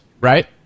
right